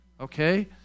Okay